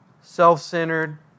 self-centered